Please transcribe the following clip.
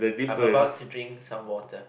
I'm about to drink some water